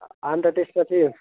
अन्त त्यसपछि